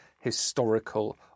historical